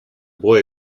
boy